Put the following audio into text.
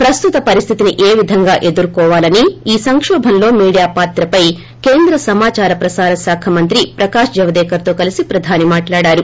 ప్రస్తుత పరిస్థితిని ఏవిధంగా ఎదుర్కోవాలని ఈ సంకోభంలో మీడియా పాత్రపై కేంద్ర సమాచార ప్రసార శాఖ మంత్రి ప్రకాష్ జవదేకర్తో కలిసి ప్రధాని మాట్లాడారు